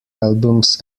albums